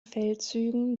feldzügen